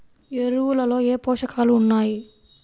ఎరువులలో ఏ పోషకాలు ఉన్నాయి?